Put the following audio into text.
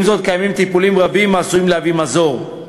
עם זאת, קיימים טיפולים רבים העשויים להביא מזור,